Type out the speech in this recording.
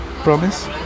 promise